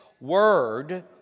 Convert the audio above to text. word